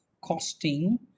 costing